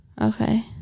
Okay